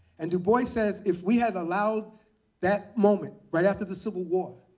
and du bois says, if we had allowed that moment, right after the civil war,